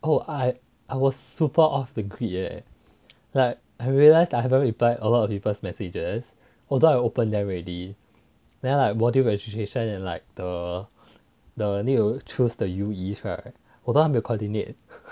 oh I I was super of the grid eh like I realised I haven't reply a lot of people's messages although I open them already then like module registration and like the the need choose the U_E right 我都还没有 coordinate